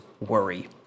worry